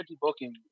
booking